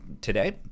today